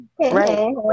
Right